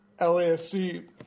LAFC